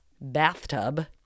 bathtub